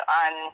on